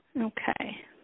Okay